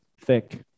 thick